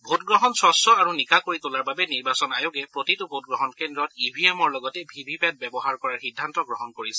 ভোটগ্ৰহণ স্বচ্ছ আৰু নিকা কৰি তোলাৰ বাবে নিৰ্বাচন আয়োগে প্ৰতিটো ভোটগ্ৰহণ কেন্দ্ৰত ইভিএমৰ লগতে ভিভিপেট ব্যৱহাৰ কৰাৰ সিদ্ধান্ত গ্ৰহণ কৰিছে